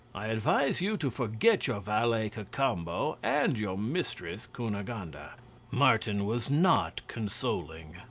i advise you to forget your valet cacambo and your mistress cunegonde. and martin was not consoling.